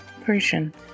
Persian